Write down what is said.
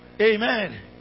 Amen